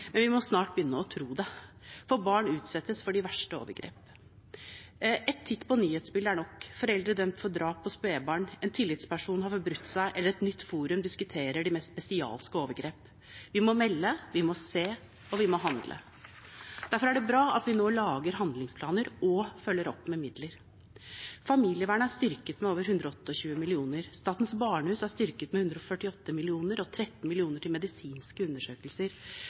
men vi må snart begynne å tro det, for barn utsettes for de verste overgrep. Én titt på nyhetsbildet er nok: foreldre dømt for drap på spedbarn en tillitsperson har forbrutt seg et nytt forum diskuterer de mest bestialske overgrep Vi må melde, vi må se og vi må handle. Derfor er det bra at vi nå lager handlingsplaner og følger opp med midler. Familievernet er styrket med over 128 mill. kr, Statens barnehus er styrket med 148 mill. kr, og 13 mill. kr går til medisinske undersøkelser.